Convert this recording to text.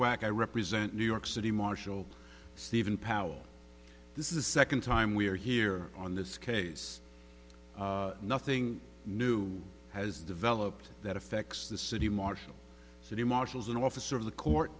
whack i represent new york city marshal steven powell this is second time we are here on this case nothing new has developed that affects the city marshal so the marshals an officer of the court